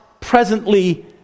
presently